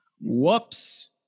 Whoops